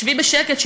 שבי בשקט,